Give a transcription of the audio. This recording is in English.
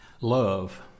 love